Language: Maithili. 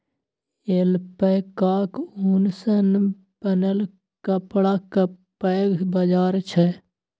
ऐल्पैकाक ऊन सँ बनल कपड़ाक पैघ बाजार छै